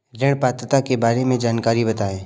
ऋण पात्रता के बारे में जानकारी बताएँ?